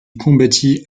combattit